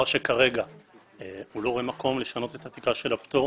שכרגע הוא לא רואה מקום לשנות את התקרה של הפטור.